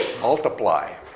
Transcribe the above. multiply